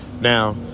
Now